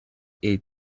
est